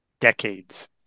decades